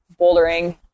bouldering